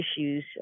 issues